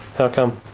how come?